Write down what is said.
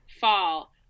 Fall